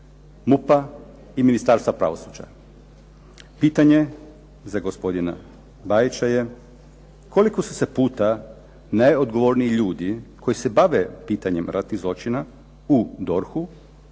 MUP-a i Ministarstva pravosuđa. Pitanje za gospodina Bajića je koliko su se puta najodgovorniji ljudi koji se bave pitanjem ratnih zločina u DORH-u,